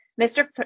Mr